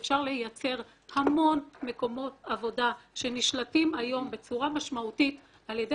אפשר לייצר המון מקומות עבודה שנשלטים היום בצורה משמעותית על ידי